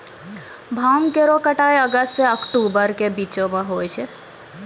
भांग केरो कटाई अगस्त सें अक्टूबर के बीचो म होय छै